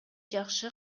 жакшы